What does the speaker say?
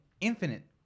infinite